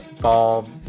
ball